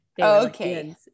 Okay